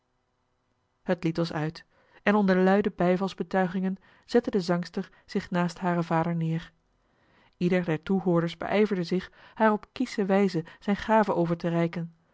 het lied was uit en onder luide bijvalsbetuigingen zette de zangster zich naast haren vader neer ieder der toehoorders beijverde zich haar op kiesche wijze zijne gave over te reiken